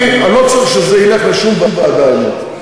אני לא צריך שזה ילך לשום ועדה, האמת.